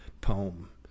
poem